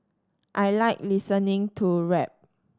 I like listening to rap